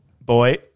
boy